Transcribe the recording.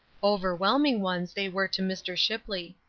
overwhelming ones they were to mr. shipley.